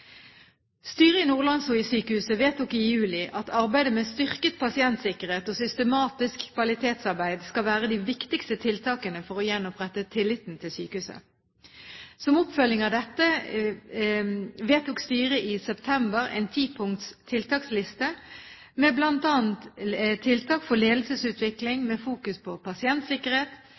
vedtok i juli at arbeidet med styrket pasientsikkerhet og systematisk kvalitetsarbeid skal være de viktigste tiltakene for å gjenopprette tilliten til sykehuset. Som oppfølging av dette vedtok styret i september en tipunkts tiltaksliste med bl.a. tiltak for ledelsesutvikling med fokus på pasientsikkerhet,